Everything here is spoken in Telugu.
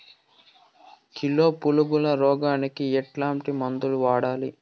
కిలో పులుగుల రోగానికి ఎట్లాంటి మందులు వాడాలి?